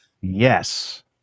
yes